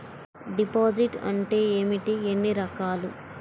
Deposit అంటే ఏమిటీ ఎన్ని రకాలు?